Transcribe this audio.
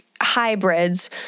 Hybrids